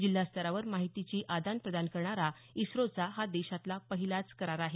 जिल्हा स्तरावर माहितीची आदान प्रदान करणारा इस्रोचा हा देशातला पहिलाच करार आहे